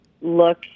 look